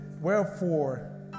Wherefore